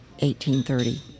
1830